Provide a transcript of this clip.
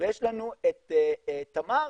ויש לנו את תמר